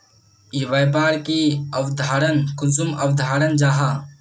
व्यापार की अवधारण कुंसम अवधारण जाहा?